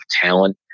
talent